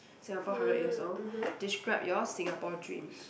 Singapore hundred years old describe your Singapore dream